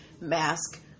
Mask